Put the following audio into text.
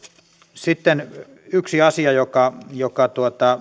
sitten yksi asia joka joka